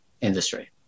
industry